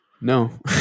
No